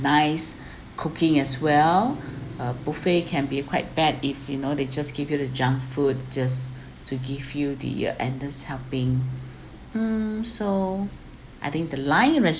nice cooking as well uh buffet can be quite bad if you know they just give you the junk food just to give you the endless helping mm so I think the line